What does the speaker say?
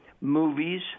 movies